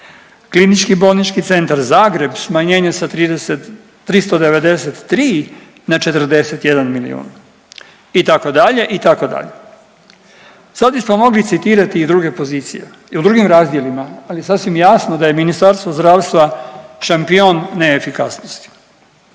na 49 milijuna, KBC Zagreb smanjenje sa 393 na 41 milijun itd., itd.. Sad bismo mogli citirati i druge pozicije i u drugim razdjelima, ali sasvim je jasno da je Ministarstvo zdravstva šampion neefikasnosti.